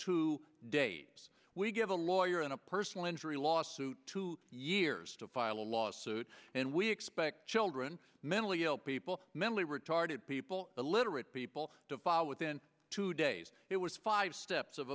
two days we get a lawyer and a personal injury lawsuit two years to file a lawsuit and we expect children mentally ill people mentally retarded people illiterate people to file within two days it was five steps of